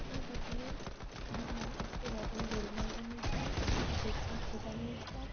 আমি প্রথমে একটু র রোল ময়দা নিয়েছিলাম একটু বেকিং সোডা নিয়েছিলাম